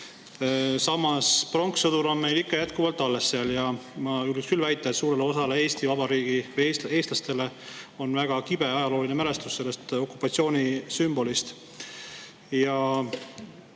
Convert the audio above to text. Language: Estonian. Samas, pronkssõdur on meil ikka jätkuvalt alles ja ma julgen küll väita, et suurel osal Eesti Vabariigi [kodanikest] või eestlastest on väga kibe ajalooline mälestus sellest okupatsioonisümbolist.